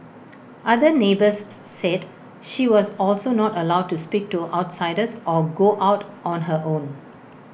other neighbours said she was also not allowed to speak to outsiders or go out on her own